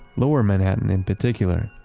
lower manhattan, in particular,